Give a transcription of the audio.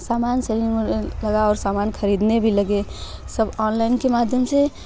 सामान सेलिंग होने लगा और सामान खरीदने भी लगे सब ऑनलाईन के माध्यम से